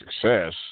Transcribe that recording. success